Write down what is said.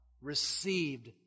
received